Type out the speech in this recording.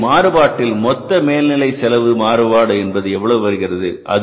எனவே மாறுபாட்டில் மொத்த மேல் நிலை செலவு மாறுபாடு என்பது எவ்வளவு வருகிறது